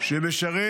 שמשרת